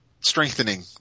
strengthening